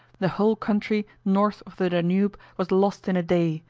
the whole country north of the danube was lost in a day,